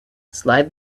slide